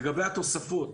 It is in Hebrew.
לגבי התוספות,